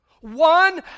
One